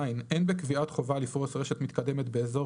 "(ז)אין בקביעת חובה לפרוס רשת מתקדמת באזור